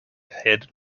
head